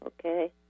Okay